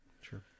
Sure